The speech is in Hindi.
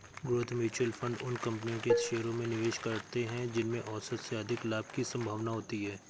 ग्रोथ म्यूचुअल फंड उन कंपनियों के शेयरों में निवेश करते हैं जिनमें औसत से अधिक लाभ की संभावना होती है